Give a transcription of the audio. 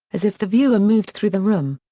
as if the viewer moved through the room.